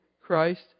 Christ